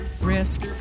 Risk